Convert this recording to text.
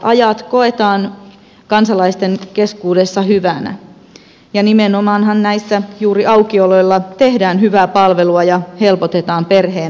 aukioloajat koetaan kansalaisten keskuudessa hyvänä ja nimenomaanhan näissä juuri aukioloilla tehdään hyvää palvelua ja helpotetaan perheen arkea